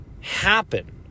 happen